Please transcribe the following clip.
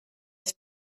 ich